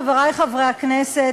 חברי חברי הכנסת,